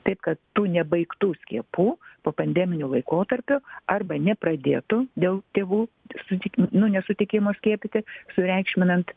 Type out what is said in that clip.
taip kad tų nebaigtų skiepų popandeminiu laikotarpiu arba nepradėto dėl tėvų suti nu nesutikimo skiepyti sureikšminant